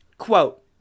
Quote